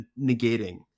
negating